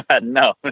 No